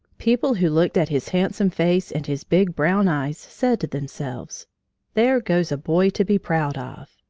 people who looked at his handsome face and his big brown eyes said to themselves there goes a boy to be proud of!